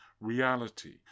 reality